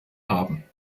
haben